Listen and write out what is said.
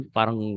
Parang